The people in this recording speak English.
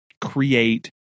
create